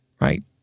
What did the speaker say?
Right